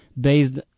based